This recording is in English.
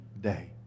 day